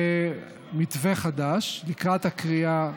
למתווה חדש לקראת הקריאה הראשונה,